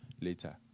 later